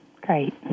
great